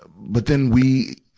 but then we,